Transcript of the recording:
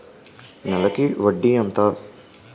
నెలకి వడ్డీ ఎంత?